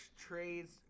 trades